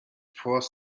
fourth